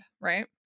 Right